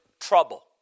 trouble